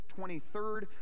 23rd